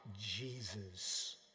Jesus